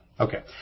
Okay